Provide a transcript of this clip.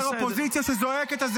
-- גברתי, אין צורך, אין צורך.